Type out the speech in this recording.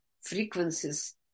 frequencies